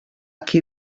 qui